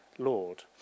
lord